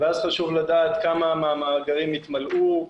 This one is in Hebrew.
ואז חשוב לדעת כמה מהמאגרים יתמלאו,